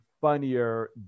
funnier